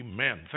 Amen